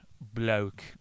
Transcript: bloke